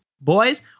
boys